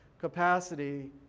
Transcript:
capacity